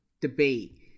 debate